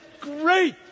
great